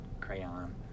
Crayon